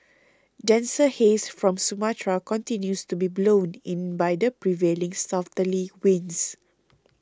denser haze from Sumatra continues to be blown in by the prevailing southerly winds